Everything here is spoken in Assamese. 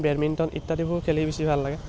বেডমিণ্টন ইত্যাদিবোৰ খেলি বেছি ভাল লাগে